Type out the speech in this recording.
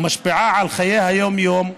ומשפיעה על חיי היום-יום,